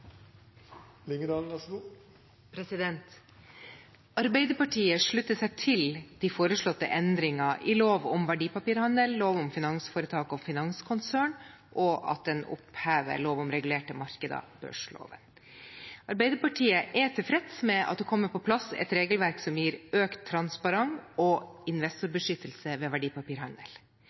de foreslåtte endringer i lov om verdipapirhandel, lov om finansforetak og finanskonsern, og at en opphever lov om regulerte markeder, børsloven. Arbeiderpartiet er tilfreds med at det kommer på plass et regelverk som gir økt transparens og investorbeskyttelse ved verdipapirhandel.